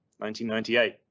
1998